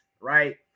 right